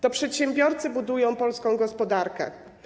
To przedsiębiorcy budują polską gospodarkę.